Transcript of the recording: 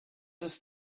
ist